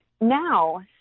now